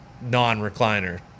non-recliner